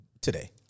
Today